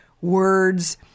words